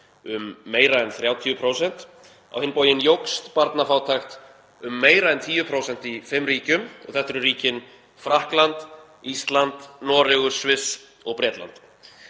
um meira en 30%. Á hinn bóginn jókst barnafátækt um meira en 10% í fimm ríkjum, sem eru Frakkland, Ísland, Noregur, Sviss og Bretland.